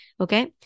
okay